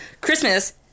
Christmas